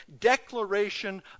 declaration